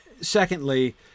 Secondly